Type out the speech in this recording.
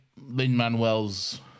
Lin-Manuel's